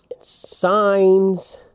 signs